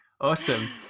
Awesome